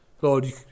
Lord